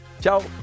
Ciao